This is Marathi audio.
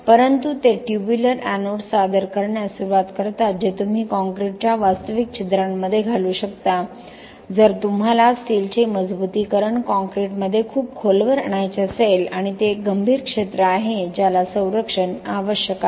परंतु ते ट्युब्युलर एनोड्स सादर करण्यास सुरुवात करतात जे तुम्ही कॉंक्रिटच्या वास्तविक छिद्रांमध्ये घालू शकता जर तुम्हाला स्टीलचे मजबुतीकरण कॉंक्रिटमध्ये खूप खोलवर आणायचे असेल आणि ते एक गंभीर क्षेत्र आहे ज्याला संरक्षण आवश्यक आहे